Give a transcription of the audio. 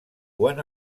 quan